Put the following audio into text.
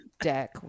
deck